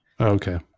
okay